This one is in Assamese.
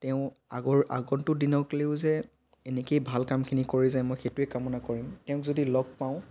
তেওঁ আগৰ আগন্তুক দিনলৈও যে এনেকেই ভাল কামখিনি কৰি যায় মই সেইটোৱে কামনা কৰিম তেওঁক যদি লগ পাওঁ